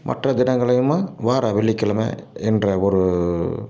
மற்ற தினங்களையும் வார வெள்ளிக்கிழமை என்ற ஒரு